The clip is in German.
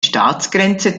staatsgrenze